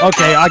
Okay